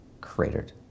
cratered